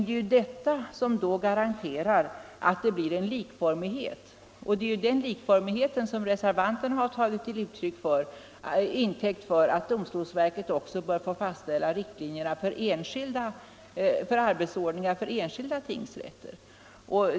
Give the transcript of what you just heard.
Det är ju detta som garanterar att det blir en likformighet, men det är den likformigheten som reservanterna har tagit till intäkt för att domstolsverket också bör få fastställa riktlinjerna för arbetsordningar för enskilda tingsrätter.